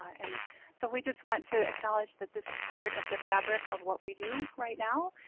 and so we just want to acknowledge that this is part of the fabric of what we do right now.